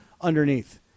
underneath